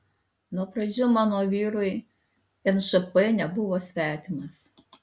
nuo pradžių mano vyrui nšp nebuvo svetimas